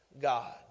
God